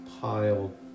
piled